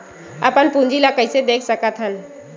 अपन पूंजी ला कइसे देख सकत हन?